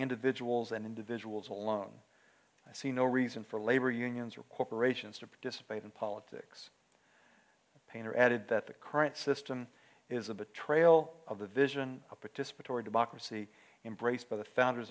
individuals and individuals alone i see no reason for labor unions or corporations to participate in politics painter added that the current system is a betrayal of the vision of participatory democracy embraced by the founders